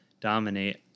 dominate